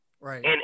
Right